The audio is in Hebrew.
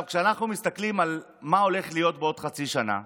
כשאנחנו מסתכלים על מה שהולך להיות בעוד חצי שנה,